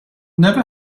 never